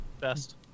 best